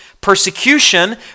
persecution